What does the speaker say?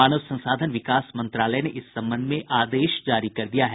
मानव संसाधन विकास मंत्रालय ने इस संबंध में आदेश जारी कर दिया है